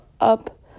up